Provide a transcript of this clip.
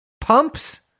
pumps